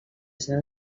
seva